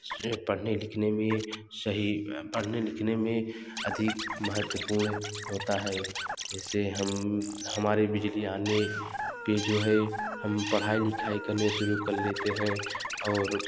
पढ़ने लिखने में सही पढ़ने लिखने में अधिक महवपूर्ण होता है ऐसे हम हमारे बिजली आने के जो है हम पढ़ाई लिखाई करने शुरू कर लेते है और